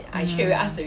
mm